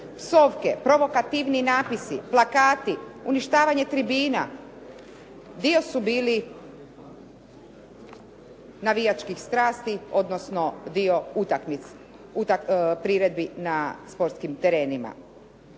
Psovke, provokativni napisi, plakati, uništavanje tribina dio su bili navijačkih strasti, odnosno priredbi na sportskim terenima.